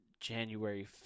January